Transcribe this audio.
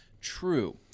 True